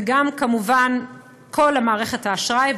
וגם כמובן כל מערכת האשראי,